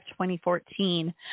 2014